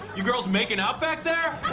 you girls making out back there?